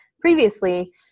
previously